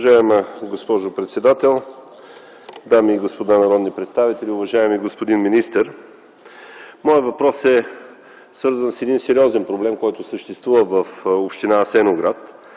Уважаема госпожо председател, дами и господа народни представители, уважаеми господин министър! Моят въпрос е свързан с един сериозен проблем, който съществува в община Асеновград,